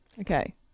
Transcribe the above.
Okay